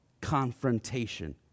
confrontation